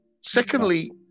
Secondly